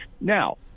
Now